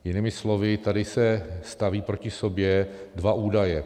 Jinými slovy, tady se staví proti sobě dva údaje.